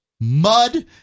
mud